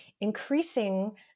increasing